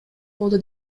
болду